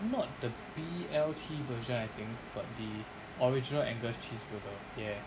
not the B_L_T version I think but the original angus cheese burger ya